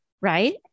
Right